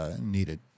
needed